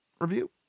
review